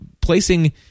placing